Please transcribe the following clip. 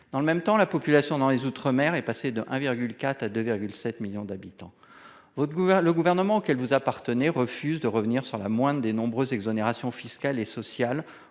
Dans le même temps, la population des outre-mer est passée de 1,4 million à 2,7 millions d'habitants. Le gouvernement auquel vous appartenez refuse de revenir sur la moindre des nombreuses exonérations fiscales et sociales